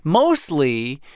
mostly,